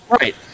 Right